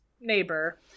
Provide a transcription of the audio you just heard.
neighbor